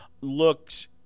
looks